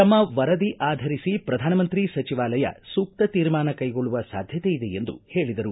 ತಮ್ಮ ವರದಿ ಆಧರಿಸಿ ಪ್ರಧಾನಮಂತ್ರಿ ಸಚಿವಾಲಯ ಸೂಕ್ತ ತೀರ್ಮಾನ ಕೈಗೊಳ್ಳುವ ಸಾಧ್ಯತೆ ಇದೆ ಎಂದು ಹೇಳಿದರು